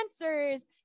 answers